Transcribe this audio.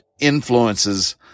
influences